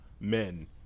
men